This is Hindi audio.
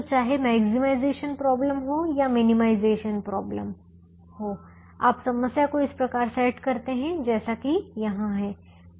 तो चाहे मैक्सिमाइजेशन प्रॉब्लम अधिकतम समस्या हो या मिनिमाइजेशन न्यूनतम प्रॉब्लम हो आप समस्या को इस प्रकार सेट कर सकते हैं जैसा कि यहाँ है